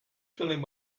feeling